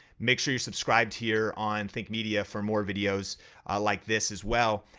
make sure you're subscribed here on think media for more videos like this as well.